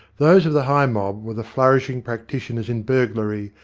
those of the high mob were the flourishing practitioners in burglary,